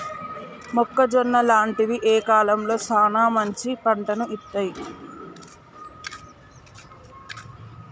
మొక్కజొన్న లాంటివి ఏ కాలంలో సానా మంచి పంటను ఇత్తయ్?